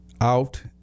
out